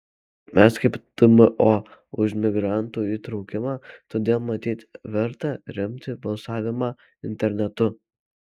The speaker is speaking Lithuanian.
mes kaip tmo už migrantų įtraukimą todėl matyt verta remti balsavimą internetu